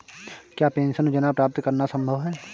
क्या पेंशन योजना प्राप्त करना संभव है?